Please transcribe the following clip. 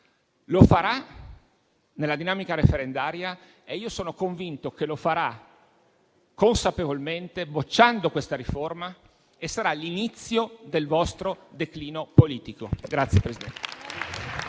Lo farà nella dinamica referendaria e sono convinto che lo farà consapevolmente, bocciando questa riforma: sarà l'inizio del vostro declino politico.